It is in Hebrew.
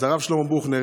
אז הרב שלמה בוכנר,